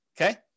okay